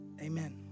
Amen